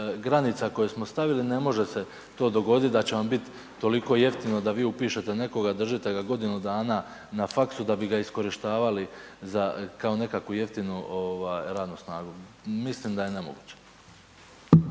granica koje smo stavili, ne može se to dogoditi da će nam bit toliko jeftino da vi upišete nekoga, držite ga godinu dana na faksu da bi ga iskorištavali kao nekakvu radnu snagu. Mislim da je nemoguće.